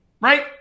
right